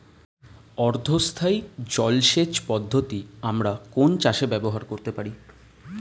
অর্ধ স্থায়ী জলসেচ পদ্ধতি আমরা কোন চাষে ব্যবহার করতে পারি?